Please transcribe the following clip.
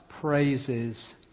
praises